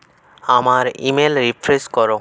আমার email refresh করো